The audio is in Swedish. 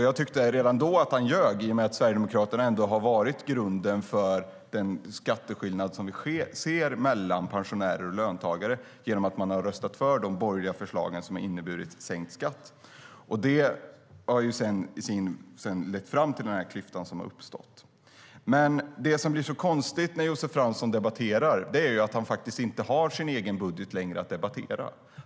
Jag tyckte redan då att han ljög, i och med att Sverigedemokraterna ändå har varit grunden för den skatteskillnad som vi ser mellan pensionärer och löntagare genom att man har röstat för de borgerliga förslagen som har inneburit sänkt skatt för löntagare. Det har sedan lett fram till den klyfta som har uppstått. Det som blir så konstigt när Josef Fransson debatterar är att han faktiskt inte längre har sin egen budget att debattera.